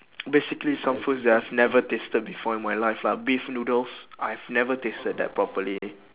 basically some foods that I've never tasted before in my life lah beef noodles I've never tasted that properly